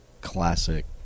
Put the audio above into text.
classic